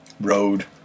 road